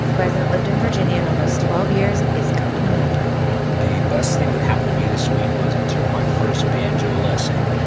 who hasn't lived in virginia in almost twelve years, is coming home aww the best thing that happened to me this week was i took my first banjo lesson.